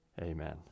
Amen